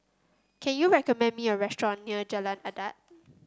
can you recommend me a restaurant near Jalan Adat